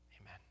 Amen